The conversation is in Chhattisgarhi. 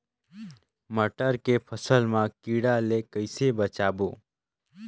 मटर के फसल मा कीड़ा ले कइसे बचाबो?